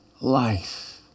life